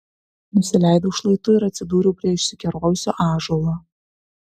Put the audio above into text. nusileidau šlaitu ir atsidūriau prie išsikerojusio ąžuolo